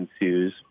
ensues